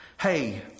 Hey